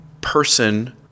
person